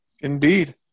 Indeed